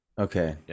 okay